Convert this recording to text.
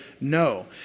no